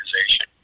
organization